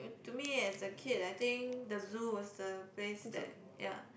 to me as a kid I think the zoo was the place that ya